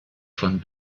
von